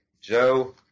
Joe